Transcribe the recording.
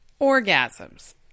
Orgasms